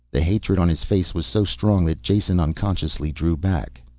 the hatred on his face was so strong that jason unconsciously drew back.